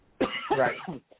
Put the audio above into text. Right